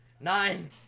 Nine